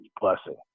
blessing